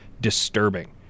Disturbing